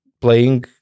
playing